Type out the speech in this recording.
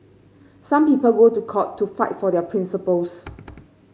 some people go to court to fight for their principles